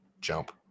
jump